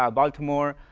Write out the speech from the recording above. ah baltimore,